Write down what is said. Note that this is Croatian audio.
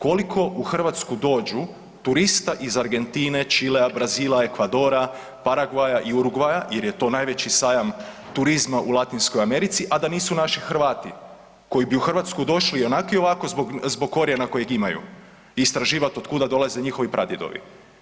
Koliko u Hrvatsku dođu turista iz Argentine, Čilea, Brazila, Ekvadora, Paragvaja i Urugvaja jer je to najveći sajam turizma u Latinskoj Americi, a da nisu naši Hrvati koji bi u Hrvatsku došli i onak i ovako zbog korijena kojeg imaju i istraživati od kuda dolaze njihovi pradjedovi.